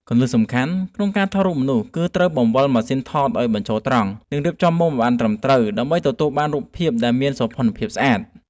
គន្លឹះសំខាន់ក្នុងការថតរូបមនុស្សគឺត្រូវបង្វិលម៉ាស៊ីនថតឱ្យបញ្ឈរត្រង់ និង រៀបចំមុំឱ្យបានត្រឹមត្រូវដើម្បីទទួលបានរូបភាពដែលមានសោភ័ណភាពស្អាត។